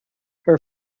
her